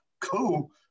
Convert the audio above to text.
cool